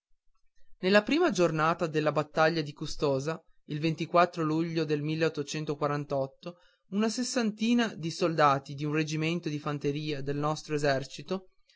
nella prima giornata della battaglia di custoza il luglio del una sessantina di soldati d'un reggimento di fanteria del nostro esercito